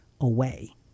away